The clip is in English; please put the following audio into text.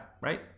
right